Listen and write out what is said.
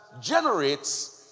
generates